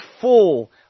full